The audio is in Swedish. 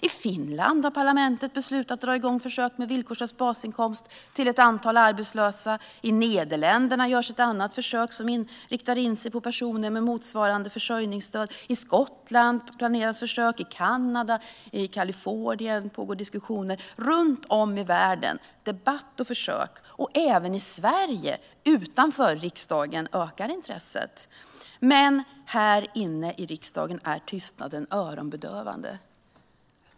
I Finland har parlamentet beslutat att dra igång med villkorslös basinkomst till ett antal arbetslösa. I Nederländerna görs ett annat försök som riktar in sig på personer med motsvarande försörjningsstöd. I Skottland, i Kanada, i Kalifornien planeras försök. Runt om i världen pågår debatt och försök. Även i Sverige, utanför riksdagen, ökar intresset. Men här inne är tystnaden öronbedövande.